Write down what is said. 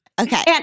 Okay